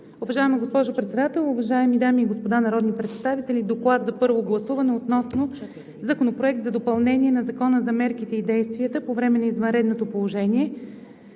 Уважаема госпожо Председател, уважаеми дами и господа народни представители! „ДОКЛАД за първо гласуване относно Законопроект за допълнение на Закона за мерките и действията по време на извънредното положение,